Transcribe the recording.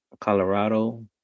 Colorado